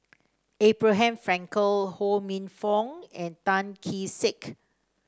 Abraham Frankel Ho Minfong and Tan Kee Sek